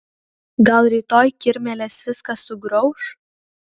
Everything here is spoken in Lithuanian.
gal rytoj kirmėlės viską sugrauš